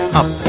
up